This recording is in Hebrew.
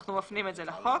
אנחנו מפנים את זה לחוק.